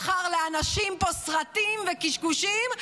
מכר לאנשים פה סרטים וקשקושים,